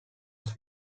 was